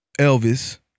Elvis